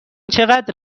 چقدر